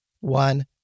one